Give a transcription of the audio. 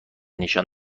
نشان